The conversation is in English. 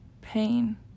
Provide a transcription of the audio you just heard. pain